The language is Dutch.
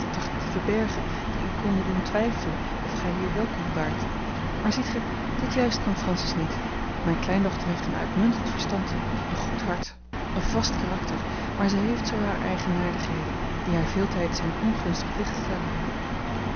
te verbergen die u konden doen twijfelen of gij hier welkom waart maar ziet gij dit juist kan francis niet mijne kleindochter heeft een uitmuntend verstand een goed hart een vast karakter maar zij heeft zoo hare eigenaardigheden die haar veeltijds in een ongunstig licht stellen